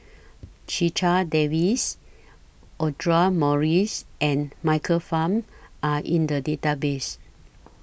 Checha Davies Audra Morrice and Michael Fam Are in The Database